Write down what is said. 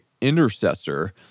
intercessor